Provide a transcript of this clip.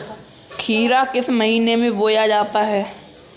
खीरा किस महीने में बोया जाता है?